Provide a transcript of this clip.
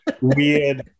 weird